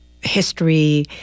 history